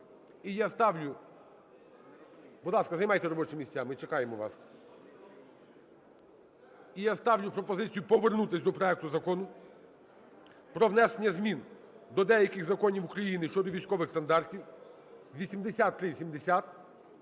І я ставлю пропозицію повернутися до проекту Закону про внесення змін до деяких законів України щодо військових стандартів (8370).